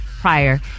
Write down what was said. prior